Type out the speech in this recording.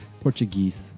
Portuguese